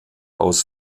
aus